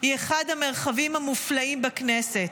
היא אחד המרחבים המופלאים בכנסת,